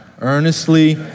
Earnestly